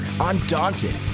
undaunted